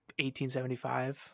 1875